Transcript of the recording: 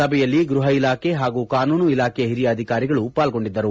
ಸಭೆಯಲ್ಲಿ ಗೃಪ ಇಲಾಖೆ ಹಾಗೂ ಕಾನೂನು ಇಲಾಖೆಯ ಹಿರಿಯ ಅಧಿಕಾರಿಗಳು ಪಾಲ್ಗೊಂಡಿದ್ದರು